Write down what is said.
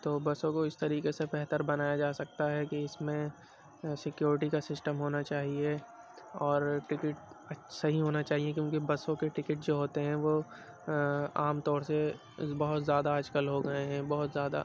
تو بسوں کو اس طریقے سے بہتر بنایا جا سکتا ہے کہ اس میں سیکورٹی کا سسٹم ہونا چاہیے اور ٹکٹ اچھا صحیح ہونا چاہیے کیوں کہ بسوں کے ٹکٹ جو ہوتے ہیں وہ عام طور سے بہت زیادہ آج کل ہو گئے ہیں بہت زیادہ